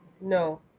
No